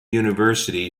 university